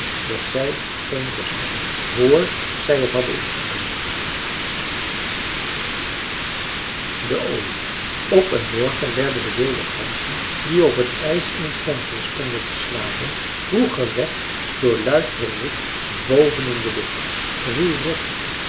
dat zij geen rust hadden vr zij het hadden ingenomen de ooievaar op een morgen werden de wilde ganzen die op het ijs in t vombmeer stonden te slapen vroeg gewekt door luid geroep boven in de lucht trirop